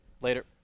Later